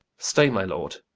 stay my lord,